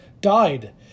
died